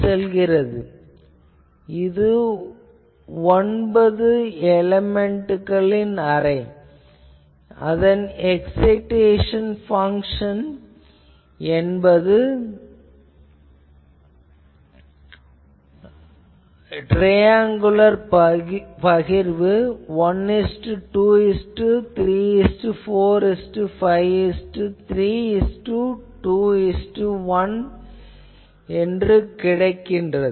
ஆகவே இது ஒன்பது எலேமென்ட் அரே அதன் எக்சைடேசன் பங்சன் என்பது ட்ரையாங்குலர் பகிர்வு 1 2 3 4 5 3 2 1 ஆகும்